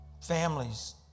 Families